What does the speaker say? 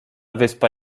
wyspa